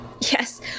yes